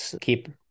keep